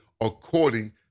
according